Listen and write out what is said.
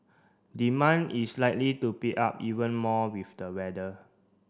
demand is likely to pick up even more with the weather